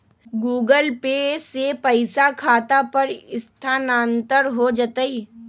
Google Pay से पईसा खाता पर स्थानानंतर हो जतई?